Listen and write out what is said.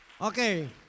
okay